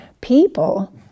people